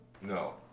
No